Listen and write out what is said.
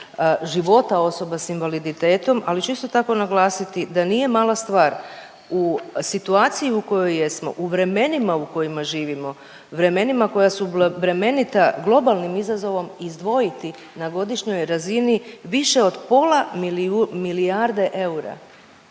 života osoba s invaliditetom, ali ću isto tako naglasiti da nije mala stvar u situaciju u kojoj jesmo, u vremenima u kojima živimo, vremenima koja su bremenita globalnim izazovom izdvojiti na godišnjoj razini više od pola milijarde eura